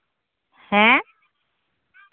ᱦᱮᱸ